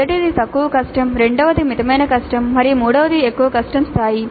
మొదటిది తక్కువ కష్టం రెండవది మితమైన కష్టం మరియు మూడవది ఎక్కువ కష్టం స్థాయి